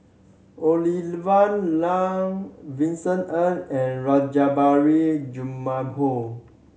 Olivia Lum Vincent Ng and Rajabali Jumabhoy